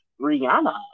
Rihanna